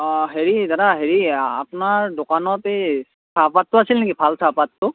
অ' হেৰি দাদা হেৰি আপোনাৰ দোকানত এই চাহপাতটো আছিল নেকি ভাল চাহপাতটো